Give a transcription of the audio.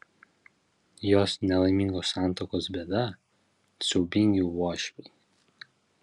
jos nelaimingos santuokos bėda siaubingi uošviai